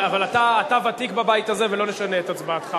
אבל אתה ותיק בבית הזה, ולא נשנה את הצבעתך.